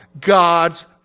God's